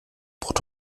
port